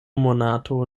monato